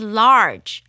large